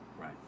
right